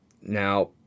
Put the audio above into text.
Now